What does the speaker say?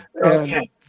Okay